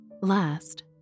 Last